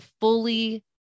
fully